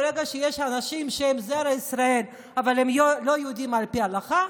ברגע שיש אנשים שהם זרע ישראל אבל לא יהודים על פי ההלכה,